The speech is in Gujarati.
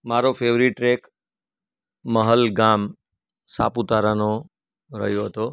મારો ફેવરિટ ટ્રેક મહલગામ સાપુતારાનો રહ્યો હતો